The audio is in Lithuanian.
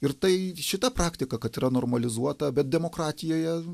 ir tai šita praktika kad yra normalizuota bet demokratijoje